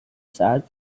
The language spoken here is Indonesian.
saat